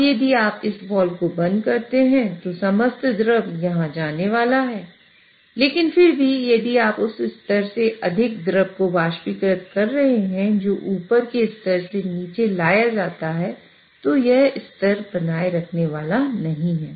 अब यदि आप इस वाल्व को बंद करते हैं तो समस्त द्रव यहां जाने वाला है लेकिन फिर भी यदि आप उस स्तर से अधिक द्रव को वाष्पीकृत कर रहे हैं जो ऊपर के स्तर से नीचे लाया जाता है तो यह स्तर बनाए रखने वाला नहीं है